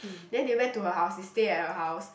then they went to her house they stay at her house